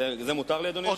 זה מותר לי, אדוני היושב-ראש?